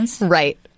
Right